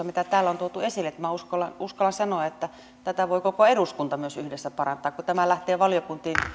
mitä täällä on tuotu esille että minä uskallan uskallan sanoa että tätä voi koko eduskunta myös yhdessä parantaa kun tämä lähtee valiokuntiin